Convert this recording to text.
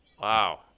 Wow